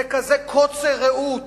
זה כזה קוצר ראות